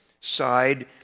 side